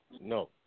No